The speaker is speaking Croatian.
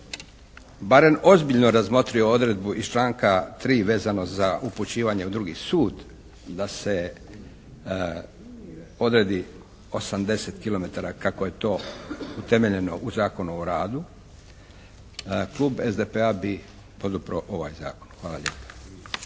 barem ozbiljno razmotrio odredbu iz članka 3. vezano za upućivanje u drugi sud da se odredi 80 kilometara kako je to temeljno u Zakonu o radu, Klub SDP-a bi podupro ovaj zakon. Hvala lijepo.